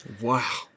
Wow